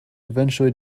eventually